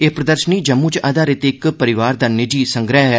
एह् प्रदर्शनी जम्मू च आधारित इक परिवार दा नीजी समूह् ऐ